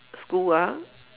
school ah